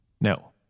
No